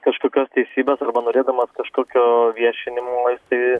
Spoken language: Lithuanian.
kažkokios teisybės arba norėdamas kažkokio viešinimo jisai